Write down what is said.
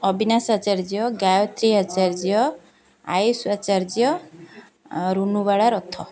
Abinash Acharya Gayatri Acharya Ayush Acharya Runubala Rath